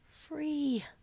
free